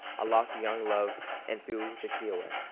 i locked young love and threw the key away.